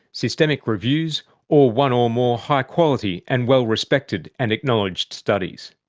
systematic reviews or one or more high quality and well respected and acknowledged studies.